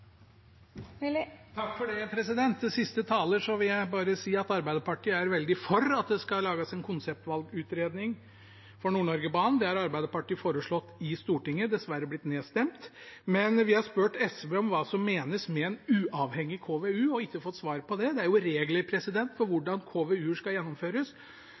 siste taler vil jeg bare si at Arbeiderpartiet er veldig for at det skal lages en konseptvalgutredning for Nord-Norge-banen. Det har Arbeiderpartiet foreslått i Stortinget, men har dessverre blitt nedstemt. Vi har spurt SV om hva som menes med en uavhengig KVU, men ikke fått svar på det. Det er regler for hvordan KVU-er skal gjennomføres.